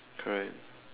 correct